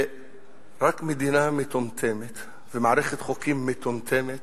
רק מדינה מטומטמת ומערכת חוקים מטומטמת